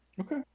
Okay